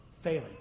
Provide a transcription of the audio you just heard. failing